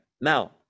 Now